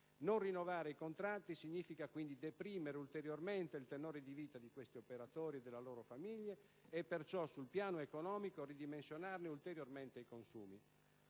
Non rinnovare i contratti significa deprimere ulteriormente il tenore in vita di questi operatori e delle loro famiglie e, sul piano economico, ridimensionarne ulteriormente i consumi.